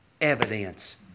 evidence